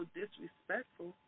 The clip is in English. disrespectful